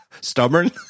stubborn